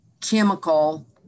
chemical